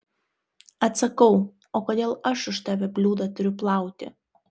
atsakau o kodėl aš už tave bliūdą turiu plauti